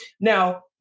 Now